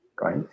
Right